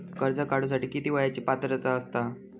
कर्ज काढूसाठी किती वयाची पात्रता असता?